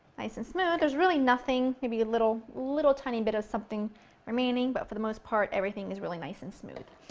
nice and smooth, there's really nothing maybe a little, little tiny bit of something remaining, but for the most part everything is really nice and smooth.